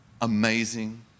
Amazing